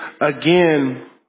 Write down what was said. again